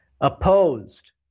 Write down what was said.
opposed